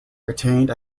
retained